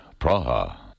Praha